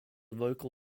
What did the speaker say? vocal